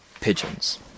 pigeons